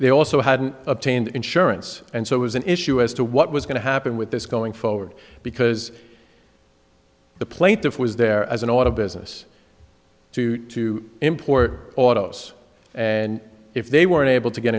they also hadn't obtained insurance and so it was an issue as to what was going to happen with this going forward because the plaintiff was there as an auto business two to import autos and if they were unable to get